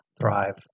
thrive